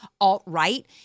alt-right